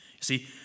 See